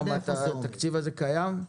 התקציב הזה קיים?